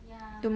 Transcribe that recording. ya